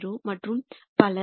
3800 மற்றும் பல